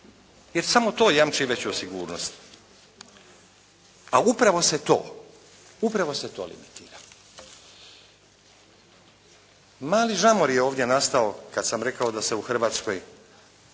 jer samo to jamči veću sigurnost a upravo se to limitira. Mali žamor je ovdje nastao kad sam rekao da se u cijeloj